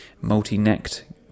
multi-necked